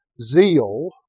zeal